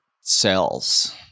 cells